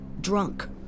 Drunk